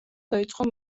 დაიწყო